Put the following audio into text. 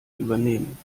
übernehmen